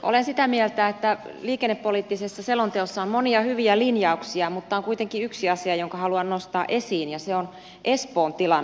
olen sitä mieltä että liikennepoliittisessa selonteossa on monia hyviä linjauksia mutta on kuitenkin yksi asia jonka haluan nostaa esiin ja se on espoon tilanne